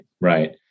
Right